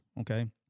okay